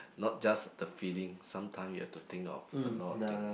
not just the feeling sometime you have to think of a lot of thing